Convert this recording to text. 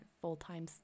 full-time